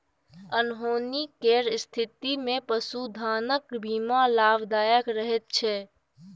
अनहोनी केर स्थितिमे पशुधनक बीमा लाभदायक रहैत छै